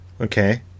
Okay